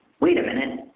wait a minute,